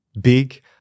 big